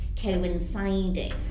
coinciding